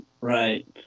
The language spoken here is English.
Right